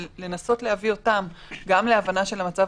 ולנסות להביא אותם גם להבנה של המצב